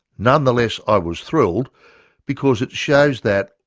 nonetheless, i was thrilled because it shows that,